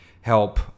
help